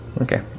Okay